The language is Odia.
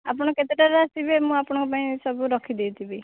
ଆପଣ କେତେଟାରେ ଆସିବେ ମୁଁ ଆପଣଙ୍କ ପାଇଁ ସବୁ ରଖିଦେଇଥିବି